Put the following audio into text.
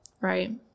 right